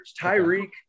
Tyreek